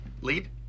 lead